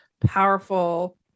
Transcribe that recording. powerful